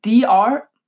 DR